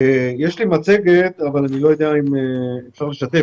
לפני שאני אעשה שיתוף